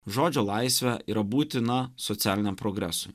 žodžio laisvė yra būtina socialiniam progresui